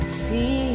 see